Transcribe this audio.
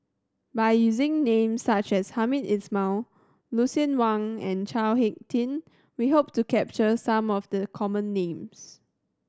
by using names such as Hamed Ismail Lucien Wang and Chao Hick Tin we hope to capture some of the common names